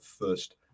first